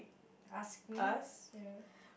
ask